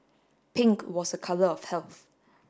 pink was a colour of health